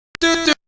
do